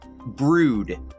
Brood